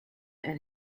and